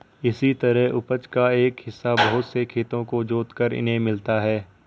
इसी तरह उपज का एक हिस्सा बहुत से खेतों को जोतकर इन्हें मिलता है